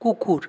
কুকুর